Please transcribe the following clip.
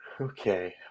okay